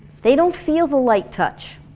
they don't feel the light touch